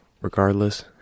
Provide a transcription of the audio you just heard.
Regardless